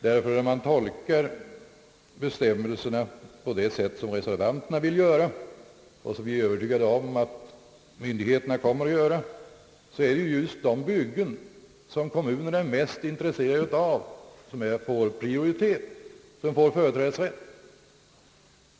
Tolkar man nämligen bestämmelserna så som reservanterna vill göra och som vi är övertygade om att myndigheterna kommer att göra, blir det just de byggen som mest intresserar kommunerna som får företrädesrätt.